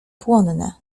płonne